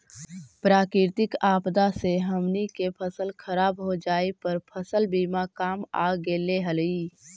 प्राकृतिक आपदा से हमनी के फसल खराब हो जाए पर फसल बीमा काम आ गेले हलई